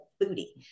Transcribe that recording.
booty